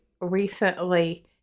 recently